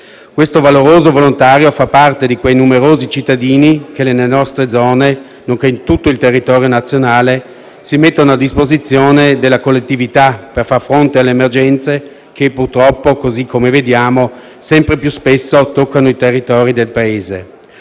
Questo valoroso volontario fa parte di quei numerosi cittadini che nelle nostre zone, nonché in tutto il territorio nazionale, si mettono a disposizione della collettività per far fronte alle emergenze che purtroppo - così come vediamo - sempre più spesso toccano i territori del Paese.